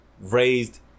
raised